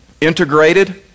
Integrated